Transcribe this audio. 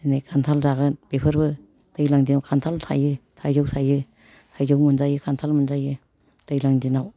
नै खान्थाल जागोन बेफोरबो दैलां दिनाव खान्थाल थायो थाइजौ थायो थाइजौ मोनजायो खान्थाल मोनजायो दैलां दिनआव